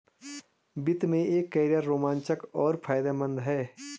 वित्त में एक कैरियर रोमांचक और फायदेमंद है